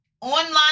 online